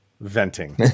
venting